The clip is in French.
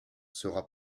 sera